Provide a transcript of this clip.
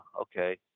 okay